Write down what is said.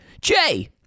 Jay